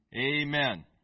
Amen